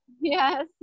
yes